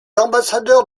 ambassadeurs